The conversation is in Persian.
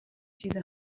چیز